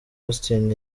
austin